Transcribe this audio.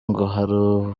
ngo